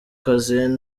cassien